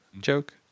joke